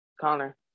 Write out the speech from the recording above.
Connor